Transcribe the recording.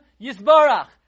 yisbarach